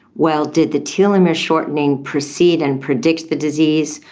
well, did the telomere shortening precede and predict the disease,